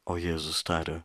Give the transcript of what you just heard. o jėzus tarė